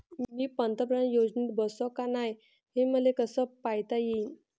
मी पंतप्रधान योजनेत बसतो का नाय, हे मले कस पायता येईन?